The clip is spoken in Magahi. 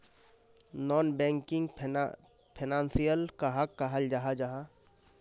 नॉन बैंकिंग फैनांशियल कहाक कहाल जाहा जाहा?